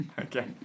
Okay